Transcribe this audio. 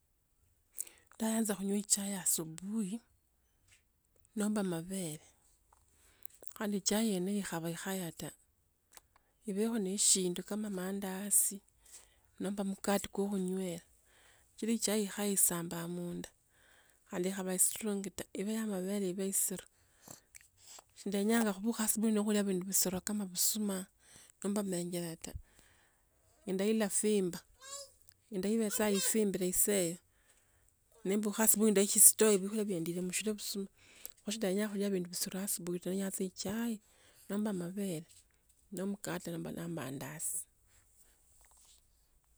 Ndayanza khuywe chai asubuyi, nomba mavere, khane chai yene ikhava ikhaya taa, evekho ne shindu kama maandasi nomba mkate khokhunywela chiri chai kheisamba mundaa khandi khava sturingi taa. ive ya mavere ivo isiro. Shindenyanga khuvukha asubui no khulia vundu visiro kama ovusuma kamayenjere taa enda ilafimba, enda ilafimbila vusa iteye, nambukha asubui ndeshistoye vyakhulya ndele mushele msu kwashidanya khulya vindu visiro subui taa naye tsa echai nomba amavere no mkate nomba maandasi.